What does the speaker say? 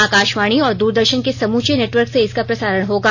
आकाशवाणी और दूरदर्शन के समूचे नेटवर्क से इसका प्रसारण होगा